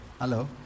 Hello